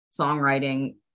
songwriting